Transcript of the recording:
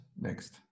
next